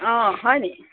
অঁ হয়নি